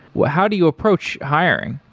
well how do you approach hiring?